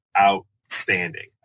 outstanding